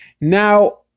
Now